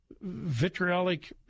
vitriolic